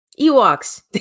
Ewoks